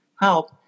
help